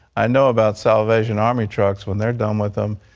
i know about salvation army trucks, when they're done with them